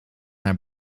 naar